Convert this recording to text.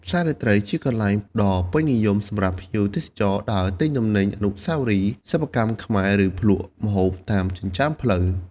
ផ្សាររាត្រី ជាកន្លែងដ៏ពេញនិយមសម្រាប់ភ្ញៀវទេសចរដើរទិញទំនិញអនុស្សាវរីយ៍ សិប្បកម្មខ្មែរ ឬភ្លក់ម្ហូបតាមចិញ្ចើមផ្លូវ។